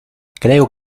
creo